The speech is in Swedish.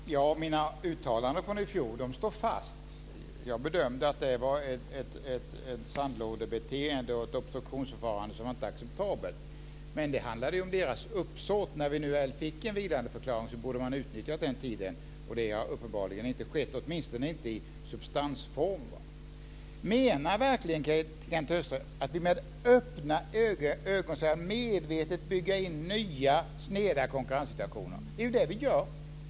Fru talman! Mina uttalanden från i fjol står fast. Jag bedömde att det var ett sandlådebeteende och ett obstruktionsförfarande som inte var acceptabelt. Men det handlade om deras uppsåt. När vi väl fick en vilandeförklaring borde man ha utnyttjat den tiden och det har uppenbarligen inte skett, åtminstone inte i substansform. Menar verkligen Kenth Högström att vi med öppna ögon ska bygga in nya sneda konkurrenssituationer? Det är ju det vi gör.